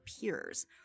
peers